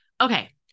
Okay